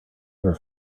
ever